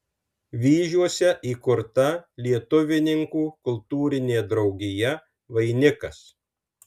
vyžiuose įkurta lietuvininkų kultūrinė draugija vainikas